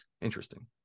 Interesting